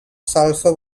sulphur